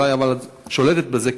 אבל אולי את שולטת בזה,